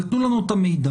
אבל תנו לנו את המידע.